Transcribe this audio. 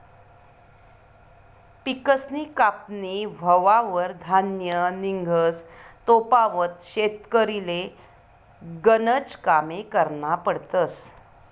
पिकसनी कापनी व्हवावर धान्य निंघस तोपावत शेतकरीले गनज कामे करना पडतस